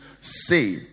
say